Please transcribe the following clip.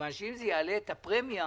מכיוון שאם זה יעלה את הפרמיה,